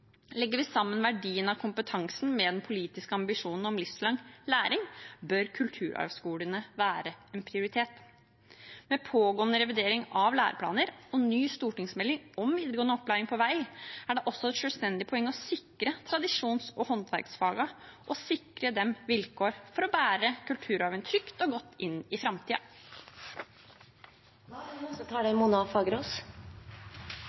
Legger vi sammen verdien av kompetansen med den politiske ambisjonen om livslang læring, bør kulturarvskolene være en prioritet. Med pågående revidering av læreplaner og ny stortingsmelding om videregående opplæring på vei er det også et selvstendig poeng å sikre tradisjons- og håndverksfagene vilkår for å bære kulturarven trygt og godt inn i framtiden. Det er